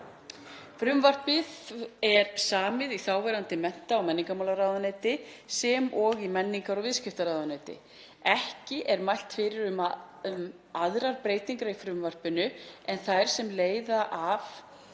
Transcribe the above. Frumvarpið er samið í þáverandi mennta- og menningarmálaráðuneyti sem og í menningar- og viðskiptaráðuneyti. Ekki er mælt fyrir um aðrar breytingar í frumvarpinu en þær sem leiða má